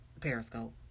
Periscope